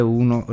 uno